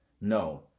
No